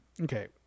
Okay